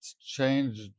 change